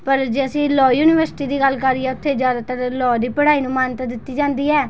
ਪਰ ਜੇ ਅਸੀਂ ਲੋਅ ਯੂਨੀਵਰਸਿਟੀ ਦੀ ਗੱਲ ਕਰੀਏ ਉੱਥੇ ਜ਼ਿਆਦਾਤਰ ਲੋਅ ਦੀ ਪੜ੍ਹਾਈ ਨੂੰ ਮਾਨਤਾ ਦਿੱਤੀ ਜਾਂਦੀ ਹੈ